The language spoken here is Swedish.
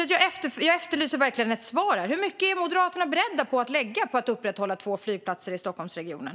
Jag efterlyser verkligen ett svar. Hur mycket är Moderaterna beredda att lägga på att upprätthålla två flygplatser i Stockholmsregionen?